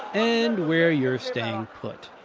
and where you're staying put.